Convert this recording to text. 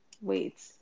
wait